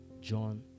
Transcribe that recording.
John